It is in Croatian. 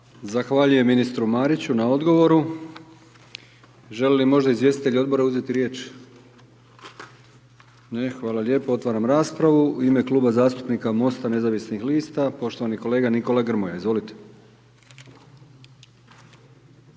Zahvaljujem ministru Mariću na odgovoru. Želi li možda izvjestitelj odbora uzeti riječ, ne. Hvala lijepo. Otvaram raspravu u ime Kluba zastupnika MOST-a nezavisnih lista, poštovani kolega Nikola Grmoja, izvolite.